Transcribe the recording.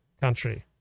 country